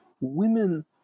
women